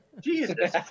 Jesus